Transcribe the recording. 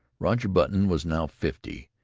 roger button was now fifty,